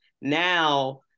now